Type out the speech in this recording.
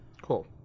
Cool